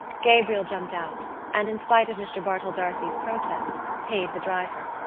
gabriel jumped out and, in spite of mr. bartell d'arcy's protest, paid the driver.